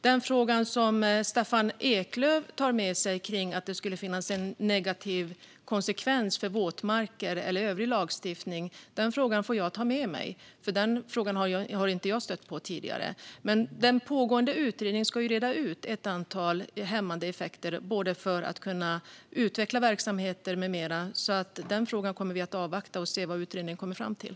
Den fråga som Staffan Eklöf för fram om att det skulle finnas en negativ konsekvens för våtmarker eller för övrig lagstiftning får jag ta med mig. Den frågan har jag inte stött på tidigare. Den pågående utredningen ska reda ut ett antal hämmande effekter för att kunna utveckla verksamheter med mera. Den frågan kommer vi att avvakta med, och vi kommer att se vad utredningen kommer fram till.